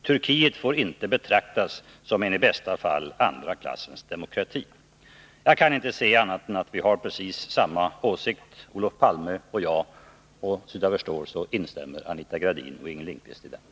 Turkiet får inte betraktas som en i bästa fall andra klassens demokrati.” Jag kan inte se annat än att vi har precis samma åsikt, Olof Palme och jag. Och såvitt jag förstår instämmer Anita Gradin och Inger Lindquist i detta.